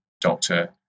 doctor